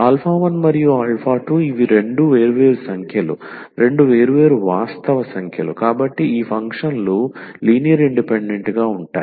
1 మరియు 2 ఇవి రెండు వేర్వేరు సంఖ్యలు రెండు వేర్వేరు వాస్తవ సంఖ్యలు కాబట్టి ఈ ఫంక్షన్లు లీనియర్ ఇండిపెండెంట్ గా ఉంటాయి